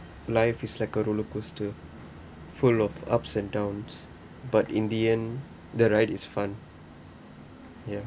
life is like a roller coaster full of ups and downs but in the end the ride is fun ya